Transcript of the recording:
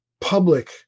public